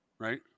Right